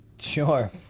Sure